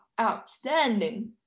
outstanding